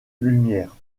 lumière